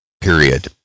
period